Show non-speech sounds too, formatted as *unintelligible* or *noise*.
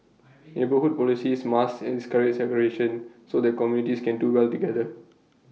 neighbourhood policies must *unintelligible* segregation so that communities can do well together